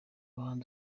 bahanzi